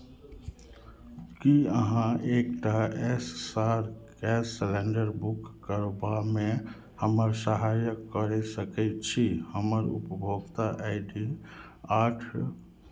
की अहाँ एक टा S R gas cylinder book करबामे हमर सहायक करि सकैत छी हमर उपभोक्ता आइ डी आठ